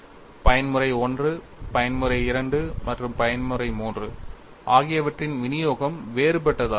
பயன்முறை I பயன்முறை II மற்றும் பயன்முறை III ஆகியவற்றின் விநியோகம் வேறுபட்டதாக இருக்கும்